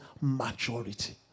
Maturity